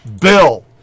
bill